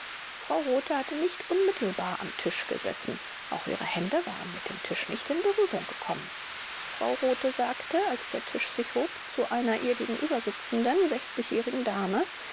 frau rothe hat nicht unmittelbar am tisch gesessen auch ihre hände waren mit dem tisch nicht in berührung gekommen frau rothe sagte als der tisch sich hob zu einer ihr gegenübersitzenden jährigen dame